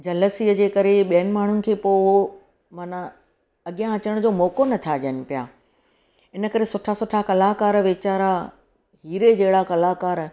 जलसीअ जे करे ॿियनि माण्हुनि खे पोइ मना अॻियां अचण जो मौको नथा ॾियनि पिया इनकरे सुठा सुठा कलाकार वेचारा हीरे जहिड़ा कलाकार